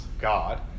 God